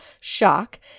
shock